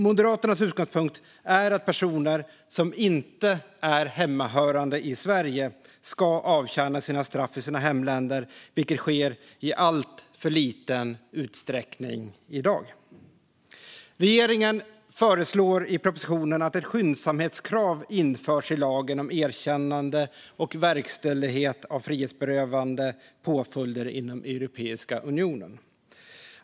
Moderaternas utgångspunkt är att personer som inte är hemmahörande i Sverige ska avtjäna sina straff i sina hemländer, vilket i dag sker i alltför liten utsträckning. Regeringen föreslår i propositionen att ett skyndsamhetskrav införs i lagen om erkännande och verkställighet av frihetsberövande påföljder inom Europeiska unionen.